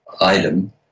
item